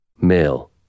male